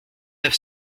neuf